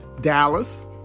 Dallas